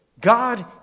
God